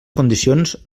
condicions